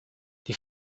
die